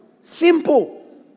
Simple